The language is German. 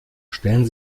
stellen